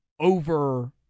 over